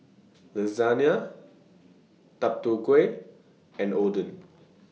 Lasagna Deodeok Gui and Oden